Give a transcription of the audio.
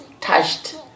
touched